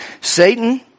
Satan